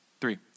Three